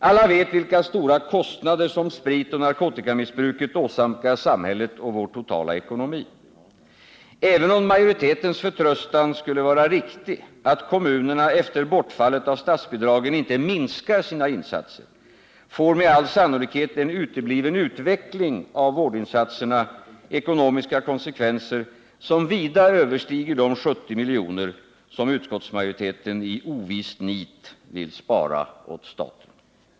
Alla vet vilka stora kostnader som spritoch narkotikamissbruket åsamkar samhället och vår totala ekonomi. Även om majoritetens förtröstan skulle vara riktig, att kommunerna efter bortfallet av statsbidragen inte minskar sina insatser, får med all sannolikhet en utebliven utveckling av vårdinsatserna ekonomiska konsekvenser, som vida överstiger de 70 miljoner som utskottsmajoriteten i ovist nit vill spara åt staten.